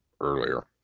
earlier